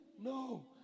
no